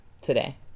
today